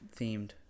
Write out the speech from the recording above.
themed